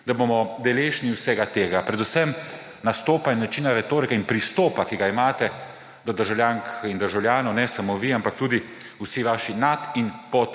da bomo deležni vsega tega predvsem nastopa in načina retorike in pristopa, ki ga imate do državljank in državljanov ne samo vi, ampak tudi vsi vaši nad- in